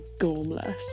gormless